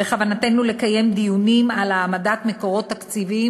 בכוונתנו לקיים דיונים על העמדת מקורות תקציביים